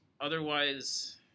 Otherwise